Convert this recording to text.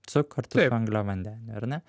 su kartu su angliavandeniu ar ne